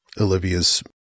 olivia's